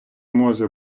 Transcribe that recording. може